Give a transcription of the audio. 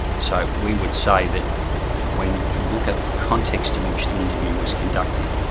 so we would say that when you look at the context in which the interview was conducted,